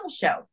show